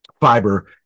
fiber